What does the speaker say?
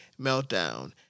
meltdown